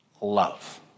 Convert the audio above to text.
Love